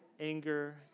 anger